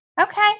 Okay